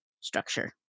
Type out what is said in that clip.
structure